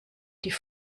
die